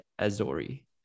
Azori